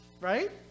right